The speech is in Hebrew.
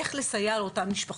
איך לסייע לאותן משפחות,